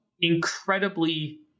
incredibly